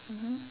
mmhmm